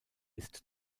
ist